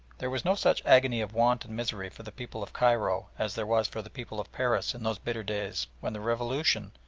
there was no such agony of want and misery for the people of cairo as there was for the people of paris in those bitter days when the revolution,